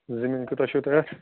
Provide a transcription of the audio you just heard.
زٔمیٖن کوٗتاہ چھُو تۄہہِ اَتھ